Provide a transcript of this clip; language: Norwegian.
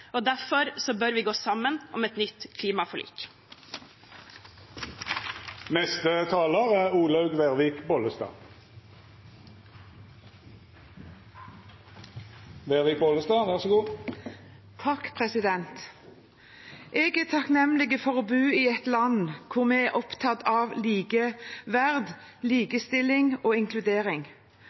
prestisje. Derfor bør vi gå sammen om et nytt klimaforlik. Jeg er takknemlig over å bo i et land hvor vi er opptatt av likeverd, likestilling og inkludering.